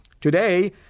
today